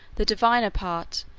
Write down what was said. the diviner part,